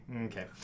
Okay